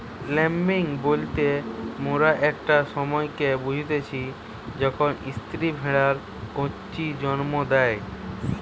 lambing বলতে মোরা একটা সময়কে বুঝতিচী যখন স্ত্রী ভেড়ারা কচি জন্ম দেয়